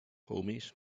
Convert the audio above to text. homies